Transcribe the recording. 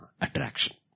attraction